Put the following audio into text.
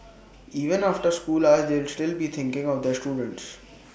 even after school hours they will still be thinking of their students